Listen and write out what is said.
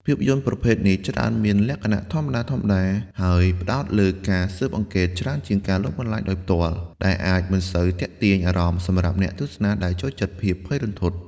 ភាពយន្តប្រភេទនេះច្រើនមានលក្ខណៈធម្មតាៗ ហើយផ្តោតលើការស៊ើបអង្កេតច្រើនជាងការលងបន្លាចដោយផ្ទាល់ ដែលអាចមិនសូវទាក់ទាញអារម្មណ៍សម្រាប់អ្នកទស្សនាដែលចូលចិត្តភាពភ័យរន្ធត់។